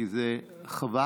כי זה חבל.